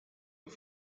pas